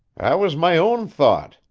that was my own thought,